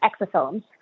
exosomes